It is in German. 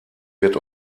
wird